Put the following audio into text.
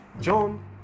John